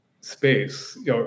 space